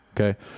Okay